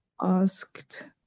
asked